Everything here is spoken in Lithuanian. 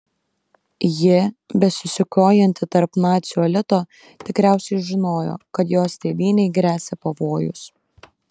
ji besisukiojanti tarp nacių elito tikriausiai žinojo kad jos tėvynei gresia pavojus